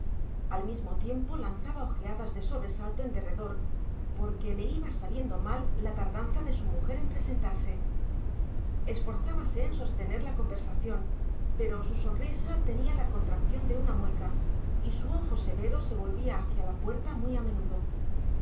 al mismo tiempo lanzaba ojeadas de sobresalto en derredor porque le iba sabiendo mal la tardanza de su mujer en presentarse esforzábase en sostener la conversación pero su sonrisa tenía la contracción de una mueca y su ojo severo se volvía hacia la puerta muy a menudo